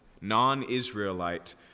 non-Israelite